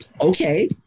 Okay